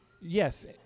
Yes